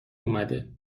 اومده